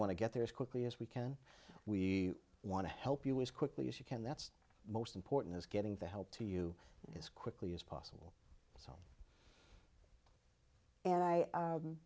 want to get there is quickly as we can we want to help us quickly as you can that's most important is getting the help to you as quickly as possible and i